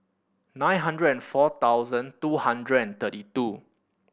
nine hundred and four thousand two hundred and thirty two